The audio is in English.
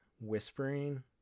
whispering